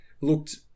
looked